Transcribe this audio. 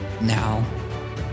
now